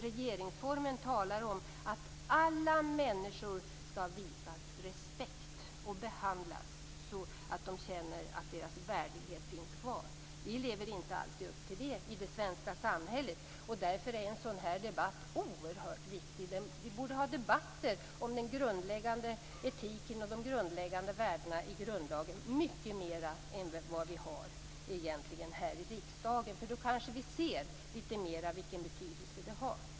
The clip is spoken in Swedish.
Regeringsformen talar om att alla människor skall visas respekt och behandlas så att de känner att deras värdighet finns kvar. Vi lever inte alltid upp till det i det svenska samhället, och därför är en sådan här debatt oerhört viktig. Vi borde ha mycket mer debatter om den grundläggande etiken och de grundläggande värdena i grundlagen än vi har här i riksdagen. Då kanske vi skulle se litet mer vilken betydelse detta har.